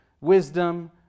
Wisdom